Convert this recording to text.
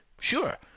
Sure